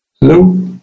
Hello